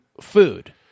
food